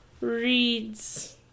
reads